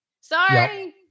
Sorry